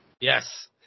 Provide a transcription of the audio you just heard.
Yes